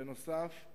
בנוסף,